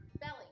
belly